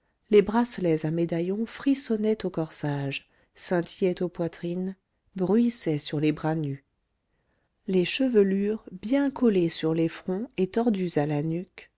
les bracelets à médaillon frissonnaient aux corsages scintillaient aux poitrines bruissaient sur les bras nus les chevelures bien collées sur les fronts et tordues à la nuque